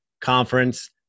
conference